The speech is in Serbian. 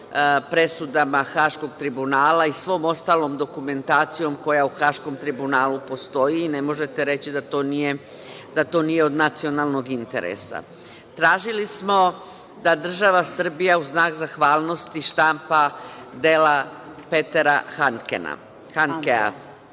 presudama Haškog tribunala i svom ostalom dokumentacijom koja u Haškom tribunalu postoji. Ne možete reći da to nije od nacionalnog interesa. Tražili smo da država Srbije u znak zahvalnosti štampa dela Petra Hankea